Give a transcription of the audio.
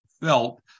felt